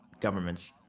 government's